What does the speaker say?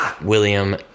William